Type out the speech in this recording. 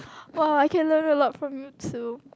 !wow! I can learn a lot from you too